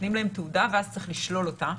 שנותנים להם תעודה ואז צריך לשלול אותה,